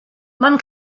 man